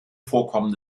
vorkommen